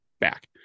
back